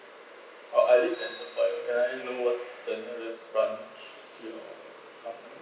oh I live at toa payoh can I know what's the nearest branch ya